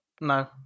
No